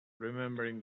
remembering